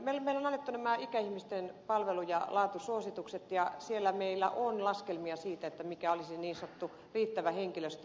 meille on annettu nämä ikäihmisten palvelu ja laatusuositukset ja siellä meillä on laskelmia siitä mikä olisi niin sanottu riittävä henkilöstö